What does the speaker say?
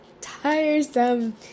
tiresome